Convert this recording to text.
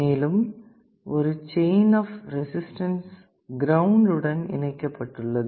மேலும் ஒரு chain of resistances ground உடன் இணைக்கப்பட்டுள்ளது